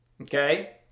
Okay